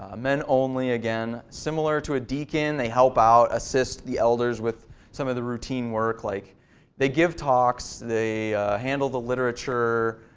ah men only again. similar to a deacon, they help out and assist the elders with some of the routine work like they give talk, so they handle the literature,